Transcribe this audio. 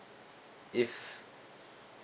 if